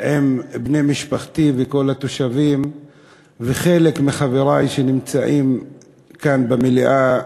עם בני משפחתי וכל התושבים וחלק מחברי שנמצאים כאן במליאה,